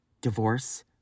divorce